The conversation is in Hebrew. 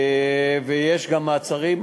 ויש גם מעצרים,